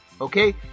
Okay